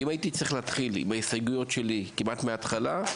אם הייתי צריך להתחיל בהסתייגויות שלי כמעט מההתחלה,